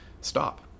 stop